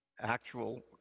actual